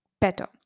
better